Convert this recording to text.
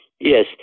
Yes